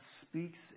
speaks